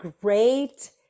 great